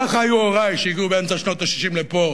ככה היו הורי שהגיעו באמצע שנות ה-60 לפה,